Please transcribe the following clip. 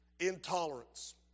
intolerance